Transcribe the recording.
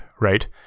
right